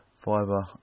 fiber